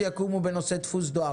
שתי חברות חדשות יקומו בנושא דפוס דואר,